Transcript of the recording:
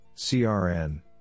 CRN